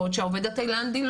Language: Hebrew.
בעוד שהעובד התאילנדי,